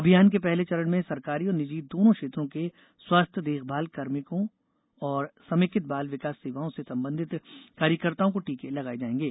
अभियान के पहले चरण में सरकारी और निजी दोनों क्षेत्रों के स्वास्थ्य देखभाल कार्मिकों और समेकित बाल विकास सेवाओं से संबंधित कार्यकर्ताओं को टीके लगाए जाएंगे